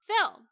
film